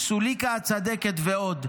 סוליכה הצדקת ועוד.